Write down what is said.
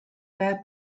bare